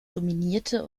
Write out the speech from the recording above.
dominierte